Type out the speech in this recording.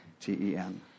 T-E-N